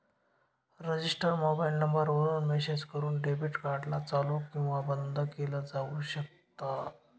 register mobile number वरून message करून debit card ला चालू किंवा बंद केलं जाऊ शकता